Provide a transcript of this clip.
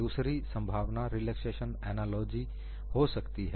दूसरी संभावना relaxation analogy हो सकती है